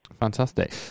fantastic